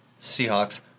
Seahawks